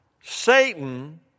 Satan